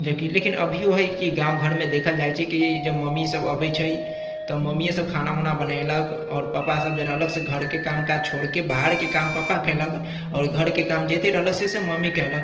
जे कि लेकिन अभिओ हइ जे कि गाम् घरमे देखल जाइत छै कि जब मम्मीसभ अबैत छै तऽ मम्मीएसभ खाना उना बनेलक आओर पापासभ जे रहलक से घरके काम काज छोड़िके बाहरके काम पापा कयलक आओर घरके काम जत्तेक रहलक से से मम्मी कयलक